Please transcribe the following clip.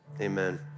amen